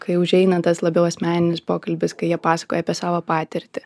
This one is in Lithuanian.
kai užeina tas labiau asmeninis pokalbis kai jie pasakoja apie savo patirtį